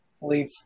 leave